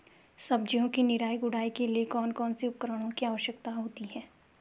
सब्जियों की निराई गुड़ाई के लिए कौन कौन से उपकरणों की आवश्यकता होती है?